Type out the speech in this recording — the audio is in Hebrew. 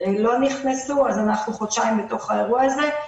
לא נכנסו, אנחנו חודשיים בתוך האירוע הזה.